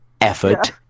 effort